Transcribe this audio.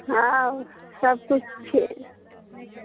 हाँ सबकिछु छै